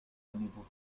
unable